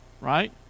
right